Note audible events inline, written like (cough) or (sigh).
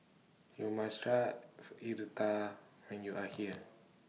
YOU must Try (unintelligible) when YOU Are here